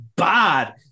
Bad